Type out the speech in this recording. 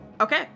Okay